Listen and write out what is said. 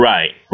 Right